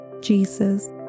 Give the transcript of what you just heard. Jesus